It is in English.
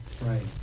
Right